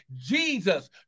Jesus